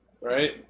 Right